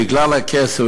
בגלל הכסף,